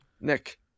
Nick